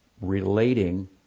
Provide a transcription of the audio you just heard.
relating